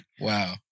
Wow